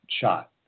shot